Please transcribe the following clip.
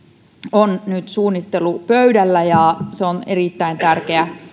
on nyt suunnittelupöydällä ja se on erittäin tärkeä